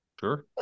Sure